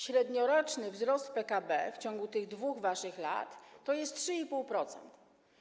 Średnioroczny wzrost PKB w ciągu tych waszych 2 lat to jest 3,5%,